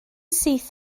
syth